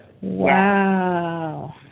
Wow